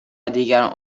دیگران